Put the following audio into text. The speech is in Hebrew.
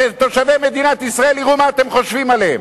כדי שתושבי מדינת ישראל יראו מה אתם חושבים עליהם.